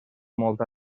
molt